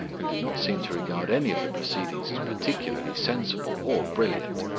who did not seem to regard any of the proceedings as particularly sensible or brilliant.